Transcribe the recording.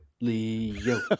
Leo